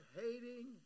hating